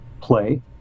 play